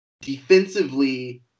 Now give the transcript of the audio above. defensively